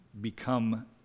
become